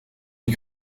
die